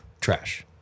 Trash